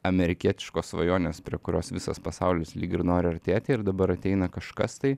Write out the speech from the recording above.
amerikietiškos svajonės prie kurios visas pasaulis lyg ir nori artėti ir dabar ateina kažkas tai